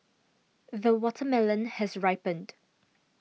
the watermelon has ripened